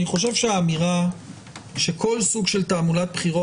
אני חושב שהאמירה שכל סוג של תעמולת בחירות